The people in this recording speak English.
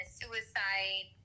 suicide